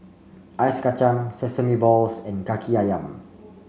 Ice Kachang Sesame Balls and Kaki ayam